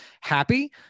happy